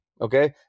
okay